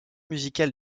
musical